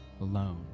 alone